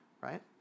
right